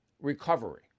recovery